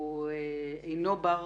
והוא אינו בר הרחקה,